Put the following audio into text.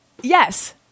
yes